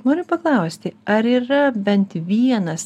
noriu paklausti ar yra bent vienas